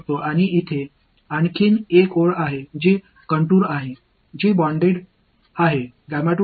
ஒன்று இது இதை நாம் என்று அழைக்கலாம் இங்கே மற்றொரு வரி உள்ளது இந்த வரையறைகளை கட்டுப்படுத்துகிறது